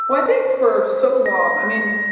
i think for so long, i mean,